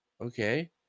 Okay